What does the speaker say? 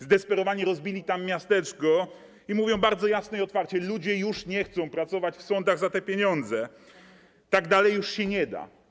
Zdesperowani zrobili tam miasteczko i mówią bardzo jasno i otwarcie, że ludzie już nie chcą pracować w sądach za te pieniądze, że tak dalej już się nie da.